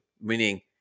meaning